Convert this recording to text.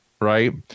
right